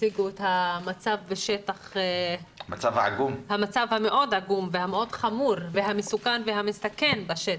הציגו את המצב העגום והחמור והמסוכן והמסכן בשטח.